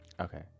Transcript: Okay